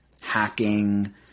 hacking